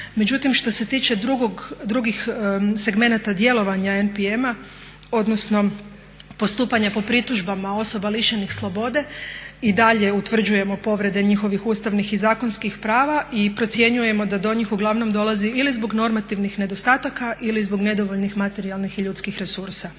Međutim što se tiče drugih segmenata djelovanja NPM-a odnosno postupanja po pritužbama osoba lišenih slobode, i dalje utvrđujemo povrede njihovih ustavnih i zakonskih prava i procjenjujemo da do njih uglavnom dolazi ili zbog normativnih nedostataka ili zbog nedovoljnih materijalnih i ljudskih resursa.